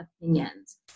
opinions